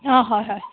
অ হয় হয়